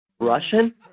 Russian